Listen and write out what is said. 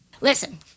Listen